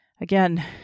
again